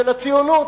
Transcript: של הציונות,